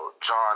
John